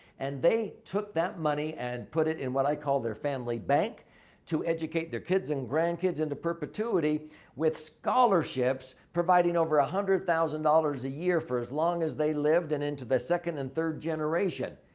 and they took that money and put it in what i call their family bank to educate their kids and grandkids into perpetuity with scholarships providing over one ah hundred thousand dollars a year for as long as they lived and into the second and third generation.